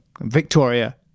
Victoria